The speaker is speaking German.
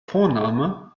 vorname